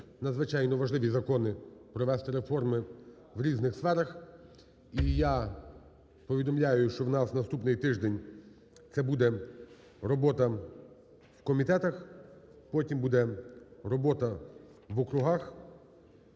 надзвичайно важливі закони, провести реформи в різних сферах. І я повідомляю, що у нас наступний тиждень це буде робота в комітетах, потім буде робота в округах.